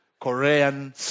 Korean